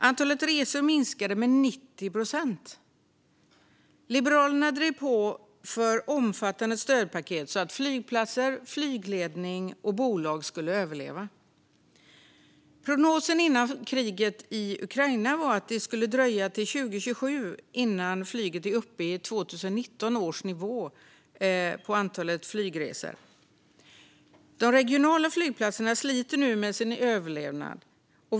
Antalet resor minskade med 90 procent. Liberalerna drev på för omfattande stödpaket, så att flygplatser, flygledning och bolag skulle överleva. Prognosen före kriget i Ukraina var att det skulle dröja till 2027 innan flyget skulle vara uppe i 2019 års nivå på antalet flygresor. De regionala flygplatserna sliter nu för sin överlevnad.